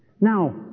Now